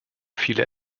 viele